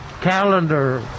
calendar